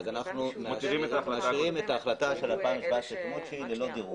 אנו משאירים את ההחלטה של 2017 ללא דירוג.